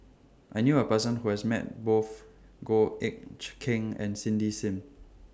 I knew A Person Who has Met Both Goh Eck Kheng and Cindy SIM